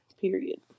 period